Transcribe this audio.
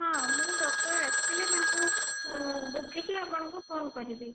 ହଁ ମୁଁ ଡକ୍ଟର ଆସିଲେ ତାଙ୍କୁ ମୁଁ ବୁଝିକି ଆପଣଙ୍କୁ ଫୋନ କରିବି